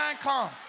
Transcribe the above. come